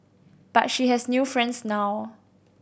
but she has new friends now